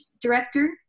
director